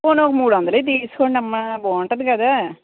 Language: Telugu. పోనీ ఒక మూడు వందలవి తీసుకోండమ్మా బాగుంటుంది కదా